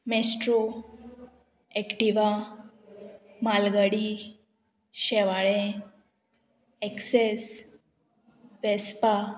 maestro Activa म्हालगाडी शेवाळें Access Vespa